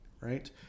right